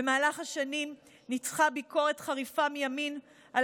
במהלך השנים נמתחה ביקורת חריפה מימין על